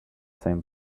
same